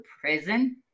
prison